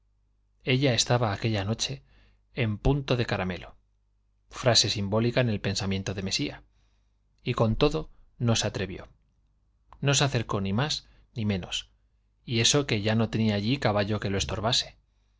ella estaba aquella noche en punto de caramelo frase simbólica en el pensamiento de mesía y con todo no se atrevió no se acercó ni más ni menos y eso que ya no tenía allí caballo que lo estorbase